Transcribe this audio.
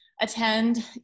attend